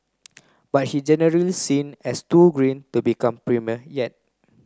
but he generally seen as too green to become premier yet